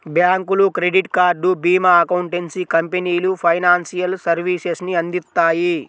బ్యాంకులు, credit card, భీమా, accountancy కంపెనీలు ఫైనాన్షియల్ సర్వీసెస్ ని అందిత్తాయి